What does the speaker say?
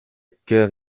cœur